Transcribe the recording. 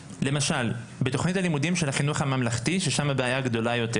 למשל: בתכנית הלימודים של החינוך הממלכתי ששם הבעיה היא גדולה יותר